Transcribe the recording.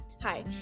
Hi